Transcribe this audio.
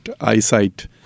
eyesight